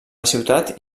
ciutat